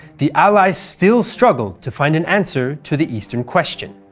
the allies still struggled to find an answer to the eastern question.